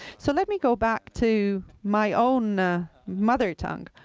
so let me go back to my own mother tongue.